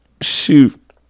shoot